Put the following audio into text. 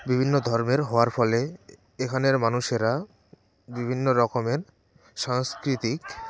বিভিন্ন ধর্মের হওয়ার ফলে এখানের মানুষেরা বিভিন্ন রকমের সাংস্কৃতিক